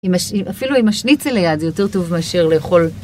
אפילו עם השניצל ליד, זה יותר טוב מאשר לאכול.